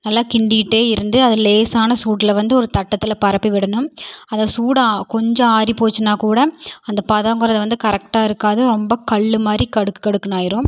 நல்லா கிண்டிக்கிட்டே இருந்து அது லேசான சூட்டில் வந்து ஒரு தட்டத்தில் பரப்பி விடணும் அதை சூடு கொஞ்சம் ஆறி போச்சுனா கூட அந்த பதம்ங்கறது வந்து கரெக்டாக இருக்காது ரொம்ப கல் மாதிரி கடுக்கு கடுக்குன்னு ஆயிரும்